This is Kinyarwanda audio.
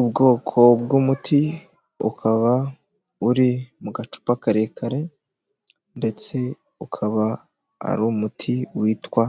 Ubwoko bw'umuti, ukaba uri mu gacupa karekare, ndetse ukaba ari umuti witwa